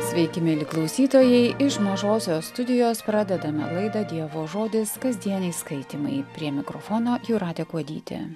sveiki mieli klausytojai iš mažosios studijos pradedame laidą dievo žodis kasdieniai skaitymai prie mikrofono jūratė kuodytė